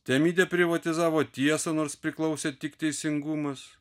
temidė privatizavo tiesą nors priklausė tik teisingumas